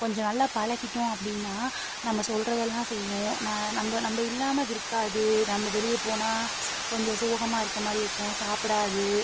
கொஞ்சம் நல்லா பழகிட்டோம் அப்படின்னா நம்ம சொல்கிறத எல்லாம் செய்யும் ந நம்ப நம்ப இல்லாமல் அது இருக்காது நம்ப வெளியே போனால் கொஞ்சம் சோகமாக இருக்கிற மாதிரி இருக்கும் சாப்பிடாது